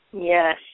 Yes